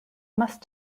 must